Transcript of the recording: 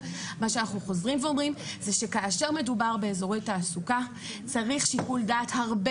זה שכאשר מדובר באיזורי תעסוקה צריך שיקול דעת הרבה